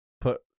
put